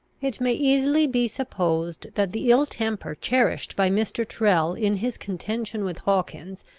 it may easily be supposed, that the ill temper cherished by mr. tyrrel in his contention with hawkins,